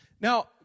Now